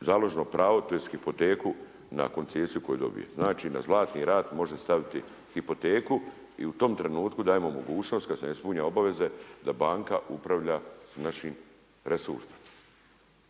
založno pravo tj. hipoteku na koncesiju koju dobije, znači na Zlatni rat može staviti hipoteku i u tom trenutku dajemo mogućnost kada se ispunjava obaveze da banka upravlja s našim resursima.